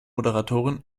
moderatorin